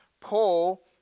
Paul